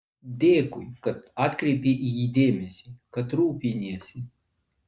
dėkui kad atkreipei į jį dėmesį kad rūpiniesi